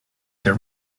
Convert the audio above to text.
their